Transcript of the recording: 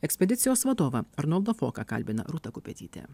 ekspedicijos vadovą arnoldą foką kalbina rūta kupetytė